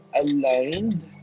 aligned